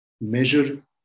Measure